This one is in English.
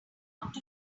out